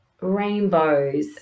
rainbows